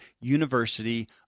University